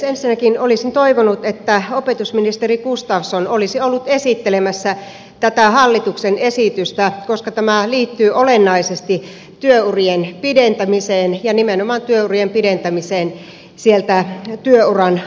ensinnäkin olisin toivonut että opetusministeri gustafsson olisi ollut esittelemässä tätä hallituksen esitystä koska tämä liittyy olennaisesti työurien pidentämiseen ja nimenomaan työurien pidentämiseen sieltä työuran alkupäästä katsoen